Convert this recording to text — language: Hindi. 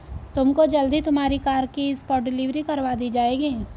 तुमको जल्द ही तुम्हारी कार की स्पॉट डिलीवरी करवा दी जाएगी